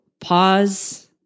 pause